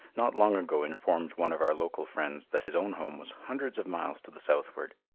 not long ago informed one of our local friends that his own home was hundreds of miles to the southward.